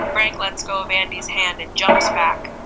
frank lets go of andy's hands and jumps back.